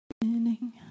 beginning